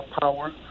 power